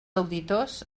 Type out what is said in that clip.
auditors